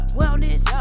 wellness